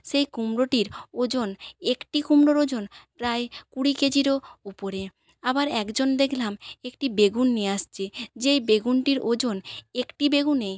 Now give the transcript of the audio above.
সেই কুমড়োটির ওজন একটি কুমড়োর ওজন প্রায় কুড়ি কেজিরও ওপরে আবার একজন দেখলাম একটি বেগুন নিয়ে আসছে যেই বেগুনটির ওজন একটি বেগুনে